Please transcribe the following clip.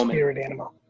um spirit animal?